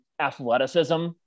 athleticism